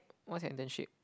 what's your internship